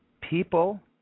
people